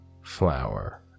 flower